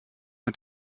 mit